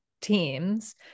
teams